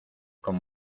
con